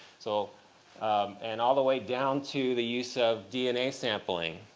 so and all the way down to the use of dna sampling.